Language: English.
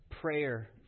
prayer